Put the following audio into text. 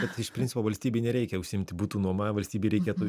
bet iš principo valstybei nereikia užsiimti butų nuoma valstybei reikėtų